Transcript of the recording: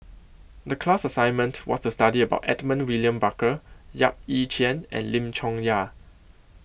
The class assignment was to study about Edmund William Barker Yap Ee Chian and Lim Chong Yah